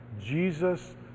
Jesus